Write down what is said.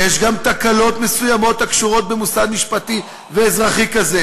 יש גם תקלות מסוימות הקשורות במוסד משפטי ואזרחי כזה.